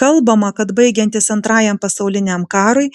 kalbama kad baigiantis antrajam pasauliniam karui